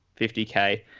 50k